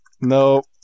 Nope